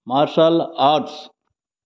marshal arts